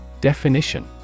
Definition